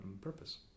purpose